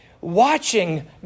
Watching